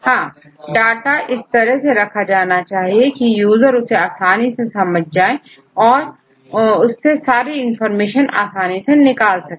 हां डाटा इस तरह से रखा जाना चाहिए की यूजर उसे आसानी से समझ जाएं और उससे सारी इनफार्मेशन आसानी से निकाल सके